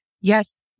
yes